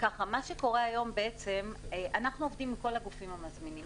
היום אנחנו עובדים עם כל הגופים המזמינים,